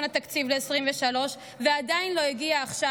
התקציב ל-2023 ועדיין לא הגיעו עכשיו,